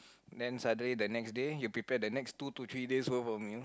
then suddenly the next day you prepare the next two to three days worth of meal